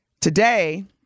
today